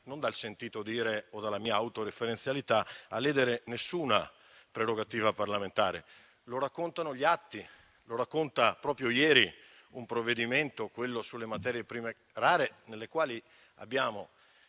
non dal sentito dire o dalla mia autoreferenzialità - ledere alcuna prerogativa parlamentare. Lo raccontano gli atti; lo racconta proprio ieri un provvedimento, quello sulle materie prime rare, sul quale,